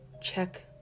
check